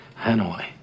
Hanoi